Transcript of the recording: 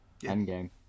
Endgame